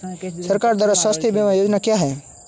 सरकार द्वारा स्वास्थ्य बीमा योजनाएं क्या हैं?